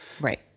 Right